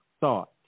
thought